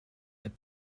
even